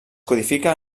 codifica